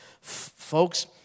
folks